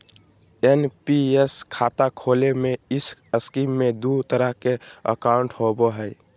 NPS खाता खोले में इस स्कीम में दू तरह के अकाउंट होबो हइ